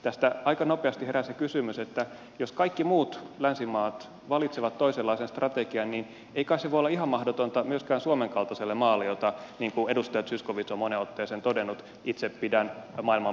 tästä aika nopeasti herää se kysymys että jos kaikki muut länsimaat valitsevat toisenlaisen strategian niin ei kai se voi olla ihan mahdotonta myöskään suomen kaltaiselle maalle jota niin kuin edustaja zyskowicz on moneen otteeseen todennut itse pidän maailman parhaana